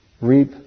reap